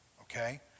Okay